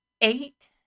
eight